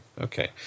okay